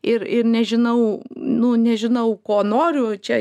ir ir nežinau nu nežinau ko noriu čia